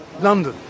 London